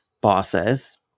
bosses